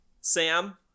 Sam